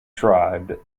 tribe